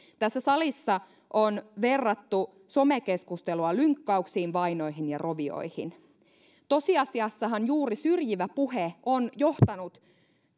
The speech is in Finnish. tässä salissa on verrattu somekeskustelua lynkkauksiin vainoihin ja rovioihin tosiasiassahan juuri syrjivä puhe on johtanut